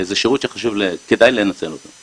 זה שירות שכדאי לנצל אותו.